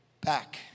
back